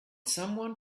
someone